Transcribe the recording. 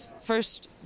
first